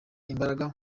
imbaraga